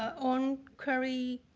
own query